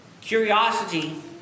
Curiosity